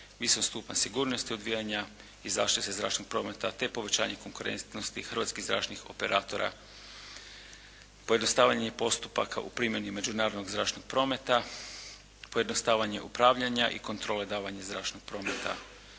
istog stupa sigurnosti odvijanja i zaštite zračnog prometa te povećanje konkurentnosti hrvatskih zračnih operatora, pojednostavljenje postupaka u primjeni međunarodnog zračnog prometa, pojednostavljenje upravljanja i kontrole davanja zračnog prometa.